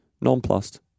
nonplussed